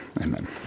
amen